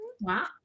Wow